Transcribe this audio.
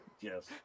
Yes